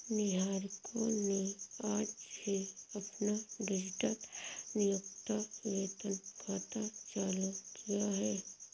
निहारिका ने आज ही अपना डिजिटल नियोक्ता वेतन खाता चालू किया है